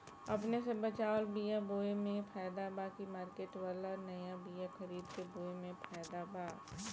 अपने से बचवाल बीया बोये मे फायदा बा की मार्केट वाला नया बीया खरीद के बोये मे फायदा बा?